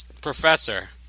Professor